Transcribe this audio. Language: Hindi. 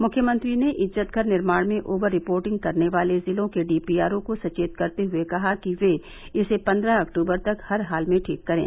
मुख्यमंत्री ने इज्जत घर निर्माण में ओवर रिपोर्टिंग करने वाले जिलों के डीपीआरओ को सचेत करते हुए कहा कि वे इसे पन्द्रह अक्टूबर तक हर हाल में ठीक करें